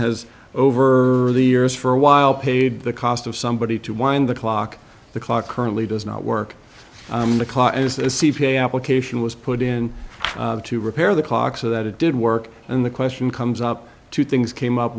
has over the years for a while paid the cost of somebody to wind the clock the clock currently does not work the clock is a c p a application was put in to repair the clock so that it did work and the question comes up two things came up